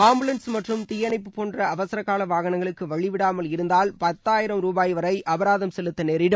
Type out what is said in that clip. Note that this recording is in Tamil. ஆம்புலன்ஸ் மற்றும் தீயணைப்பு போன்ற அவசரகால வாகனங்களுக்கு வழிவிடாமல் இருந்தால் பத்தாயிரம் ரூபாய் வரை அபராதம் செலுத்த நேரிடும்